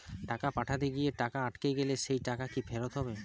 টাকা পাঠাতে গিয়ে টাকা আটকে গেলে সেই টাকা কি ফেরত হবে?